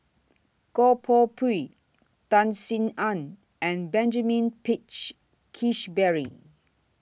Goh Koh Pui Tan Sin Aun and Benjamin Peach Keasberry